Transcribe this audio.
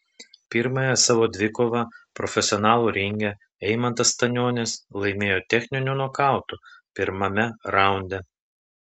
pirmąją savo dvikovą profesionalų ringe eimantas stanionis laimėjo techniniu nokautu pirmame raunde